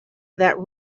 that